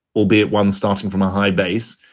albeit one starting from a high base,